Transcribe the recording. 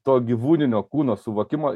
to gyvūninio kūno suvokimo